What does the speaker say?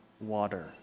water